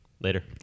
Later